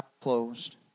closed